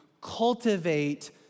cultivate